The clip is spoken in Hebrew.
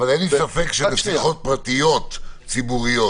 אין לי ספק שבשיחות פרטיות ציבוריות,